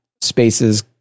spaces